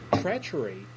treachery